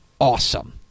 awesome